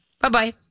Bye-bye